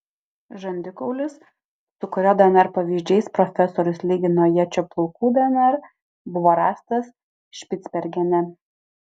žandikaulis su kurio dnr pavyzdžiais profesorius lygino ječio plaukų dnr buvo rastas špicbergene